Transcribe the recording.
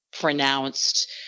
pronounced